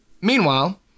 Meanwhile